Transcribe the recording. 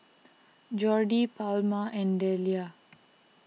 Jordy Palma and Deliah